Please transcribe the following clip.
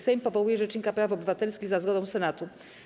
Sejm powołuje rzecznika praw obywatelskich za zgodą Senatu.